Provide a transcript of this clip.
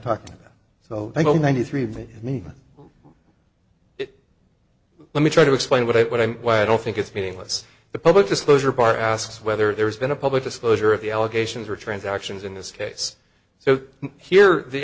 talking so little ninety three by me let me try to explain what i what i'm why i don't think it's meaningless the public disclosure part asks whether there's been a public disclosure of the allegations or transactions in this case so here